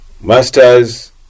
Master's